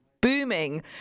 booming